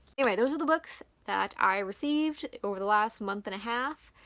anyway, those are the books that i received over the last month and a half.